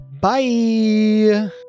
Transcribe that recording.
Bye